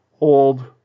old